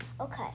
Okay